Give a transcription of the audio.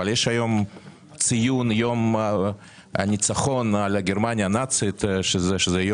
אבל היום מציינים את יום הניצחון על גרמניה הנאצית ועבורי